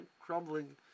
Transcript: crumbling